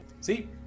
See